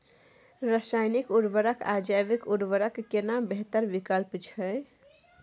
रसायनिक उर्वरक आ जैविक उर्वरक केना बेहतर विकल्प छै?